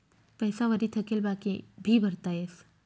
पैसा वरी थकेल बाकी भी भरता येस